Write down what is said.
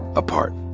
apart.